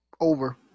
over